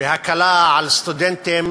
בהקלה על סטודנטים